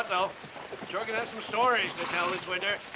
though, sure gonna have some stories to tell this winter.